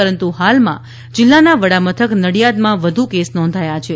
પરંતુ હાલમાં જિલ્લાના વડા મથક નડિયાદમાં વધુ કેસ નોંધાયા છે